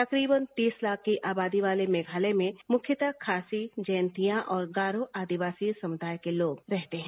तकरीबन तीस लाख की आबादी वाले मेघालय में मुख्यतः खासी जयोतिया और गारो आदिवासी समुदाय के लोग रहते हैं